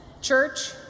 Church